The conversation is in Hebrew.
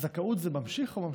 "זכאות" זה ממשיך או ממשיכה?